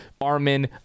Armin